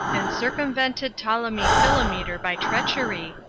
and circumvented ptolemy philometor by treachery,